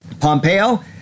Pompeo